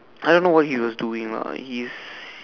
I don't know what he was doing lah he's